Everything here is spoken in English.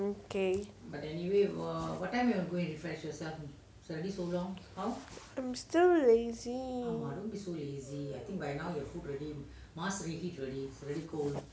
okay I'm still lazy